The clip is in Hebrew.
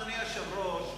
אדוני היושב-ראש,